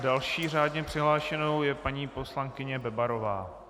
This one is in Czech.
Další řádně přihlášenou je paní poslankyně Bebarová.